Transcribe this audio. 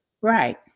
right